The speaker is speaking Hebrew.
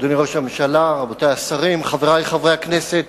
אדוני ראש הממשלה, רבותי השרים, חברי חברי הכנסת,